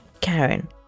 Karen